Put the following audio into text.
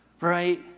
right